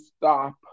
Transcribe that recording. stop